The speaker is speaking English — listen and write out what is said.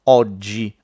oggi